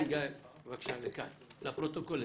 תדברי לפרוטוקול,